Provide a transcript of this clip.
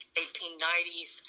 1890s